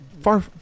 Far